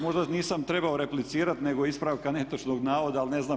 Možda nisam trebao replicirati nego ispravka netočnog navoda, ali ne znam.